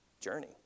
journey